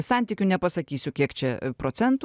santykiu nepasakysiu kiek čia procentų